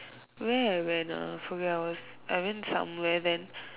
where I went ah I forget I was I went somewhere then